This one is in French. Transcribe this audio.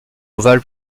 ovale